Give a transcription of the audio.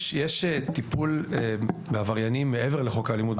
יש טיפול בעבריינים מעבר לחוק אלימות בספורט.